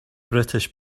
british